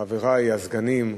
תודה רבה לך, חברי הסגנים,